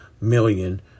million